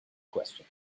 question